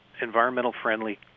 environmental-friendly